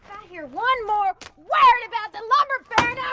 i hear one more word about the lumber baron,